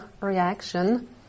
reaction